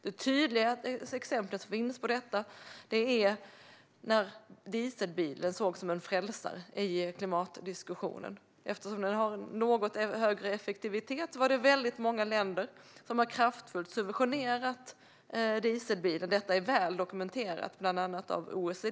Det tydligaste exemplet på detta är när dieselbilen sågs som en frälsare i klimatdiskussionen. Eftersom den har något högre effektivitet är det väldigt många länder som kraftfullt har subventionerat dieselbilen, vilket är väl dokumenterat av bland annat OECD.